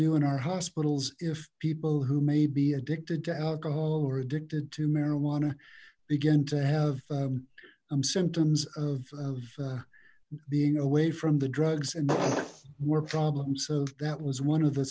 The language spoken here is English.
do in our hospitals if people who may be addicted to alcohol or addicted to marijuana begin to have symptoms of being away from the drugs and more problems so that was one of the